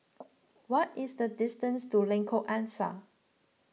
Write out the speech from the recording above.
what is the distance to Lengkok Angsa